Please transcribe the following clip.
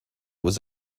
was